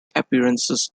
appearances